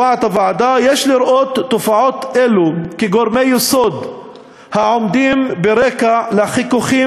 יש לראות תופעות אלה כגורמי יסוד העומדים ברקע לחיכוכים